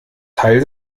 teil